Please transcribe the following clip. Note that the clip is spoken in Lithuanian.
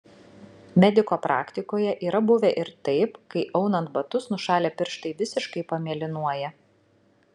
mediko praktikoje yra buvę ir taip kai aunant batus nušalę pirštai visiškai pamėlynuoja